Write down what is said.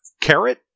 carrot